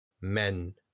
men